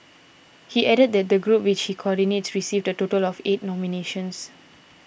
he added that the group which he coordinates received a total of eight nominations